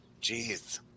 Jeez